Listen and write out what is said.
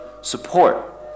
support